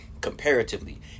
comparatively